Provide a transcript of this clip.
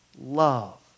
Love